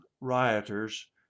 rioters